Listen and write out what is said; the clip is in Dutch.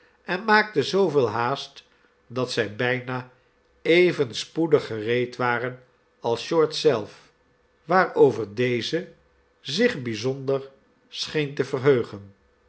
en maakte zooveel haast dat zij bijna even spoedig gereed waren als short zelf waarover deze zich bijzonder scheen te verheugen